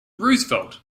roosevelt